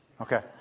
Okay